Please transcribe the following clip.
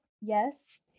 yes